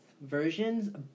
versions